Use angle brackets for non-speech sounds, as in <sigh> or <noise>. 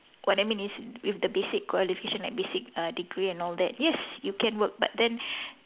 what I mean is with the basic qualification like basic uh degree and all that yes you can work but then <breath>